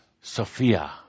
Sophia